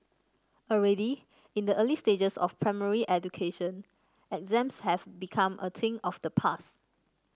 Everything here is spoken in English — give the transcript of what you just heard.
already in the early stages of primary education exams have become a thing of the past